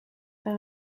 par